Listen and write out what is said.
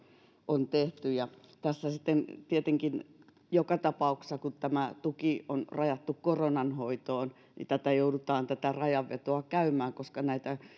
on tehty tässä sitten tietenkin joka tapauksessa kun tämä tuki on rajattu koronan hoitoon joudutaan tätä rajanvetoa käymään koska näitä